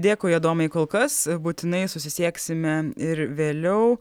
dėkui adomai kol kas būtinai susisieksime ir vėliau